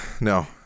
no